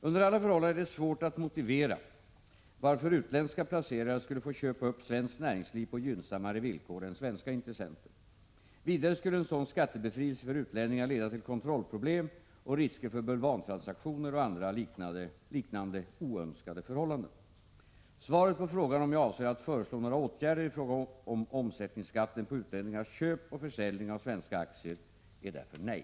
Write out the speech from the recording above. Under alla förhållanden är det svårt att motivera varför utländska placerare skulle få köpa upp svenskt näringsliv på gynnsammare villkor än svenska intressenter. Vidare skulle en sådan skattebefrielse för utlänningar leda till kontrollproblem och risker för bulvantransaktioner och andra liknande oönskade förhållanden. Svåret på frågan om jag avser att föreslå några åtgärder i fråga om omsättningsskatten på utlänningars köp och försäljning av svenska aktier är därför nej.